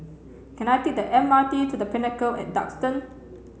can I take the M R T to The Pinnacle and Duxton